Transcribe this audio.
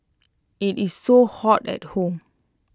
IT is so hot at home